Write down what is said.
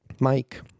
Mike